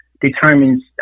determines